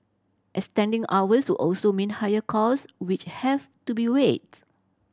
extending hours would also mean higher cost which have to be weighed